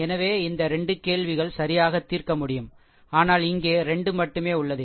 எனவே இந்த 2 கேள்விகள் சரியாக தீர்க்க முடியும் ஆனால் இங்கே 2 மட்டுமே உள்ளது